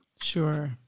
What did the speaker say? Sure